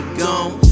gone